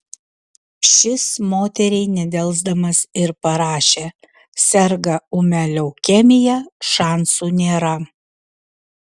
šis moteriai nedelsdamas ir parašė serga ūmia leukemija šansų nėra